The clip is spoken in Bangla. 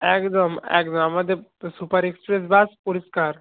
একদম একদম আমাদের সুপার এক্সপ্রেস বাস পরিষ্কার